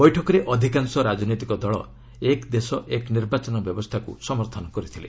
ବୈଠକରେ ଅଧିକାଂଶ ରାଜନୈତିକ ଦଳ ଏକ୍ ଦେଶ ଏକ୍ ନିର୍ବାଚନ ବ୍ୟବସ୍ଥାକୁ ସମର୍ଥନ କରିଥିଲେ